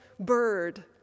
bird